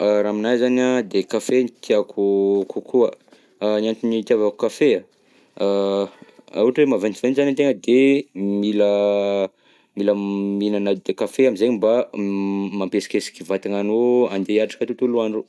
A raha aminahy zany an de kafe no tiako kokoa, ny antony itiavako kafe an raha ohatra hoe maventiventy zany antegna de mila, mila mihinana dekafe amizay mba m- mampihesikesiky vatagnanao andeha hiatrika tontolo andro.